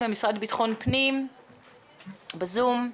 מיטל בזום.